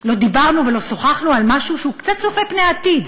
לא דיברנו ולא שוחחנו על משהו שהוא קצת צופה פני עתיד.